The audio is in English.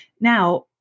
Now